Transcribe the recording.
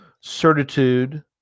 Certitude